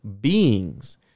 beings